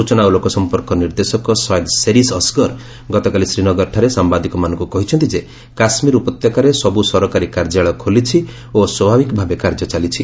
ସୂଚନା ଓ ଲୋକସଂପର୍କ ନିର୍ଦ୍ଦେଶକ ସୟଦ୍ ଶେରିଶ୍ ଅସ୍ଗର ଗତକାଲି ଶ୍ରୀନଗରଠାରେ ସାମ୍ଘାଦିକମାନଙ୍କୁ କହିଛନ୍ତି ଯେ କାଶ୍ମୀର ଉପତ୍ୟକାରେ ସବୁ ସରକାରୀ କାର୍ଯ୍ୟାଳୟ ଖୋଲିଛି ଓ ସ୍ୱାଭାବିକ ଭାବେ କାର୍ଯ୍ୟ ଚାଲିଛି